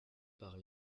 par